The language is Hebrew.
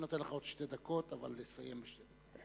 אני נותן לך עוד שתי דקות, אבל לסיים בשתי דקות.